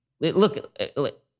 look